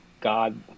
God